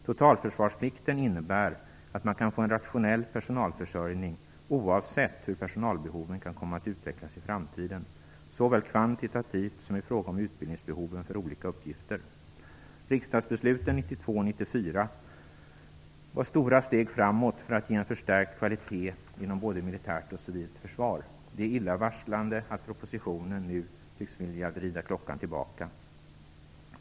Totalförsvarsplikten innebär att man kan få en rationell personalförsörjning oavsett hur personalbehoven kan komma att utvecklas i framtiden, såväl kvantitativt som i fråga om utbildningsbehoven för olika uppgifter. Riksdagsbesluten 1992 och 1994 var stora steg framåt för att ge en förstärkt kvalitet inom både militärt och civilt försvar. Det är illavarslande att man nu i propositionen tycks vilja vrida klockan tillbaka.